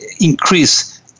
increase